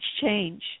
change